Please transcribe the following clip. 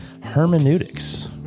hermeneutics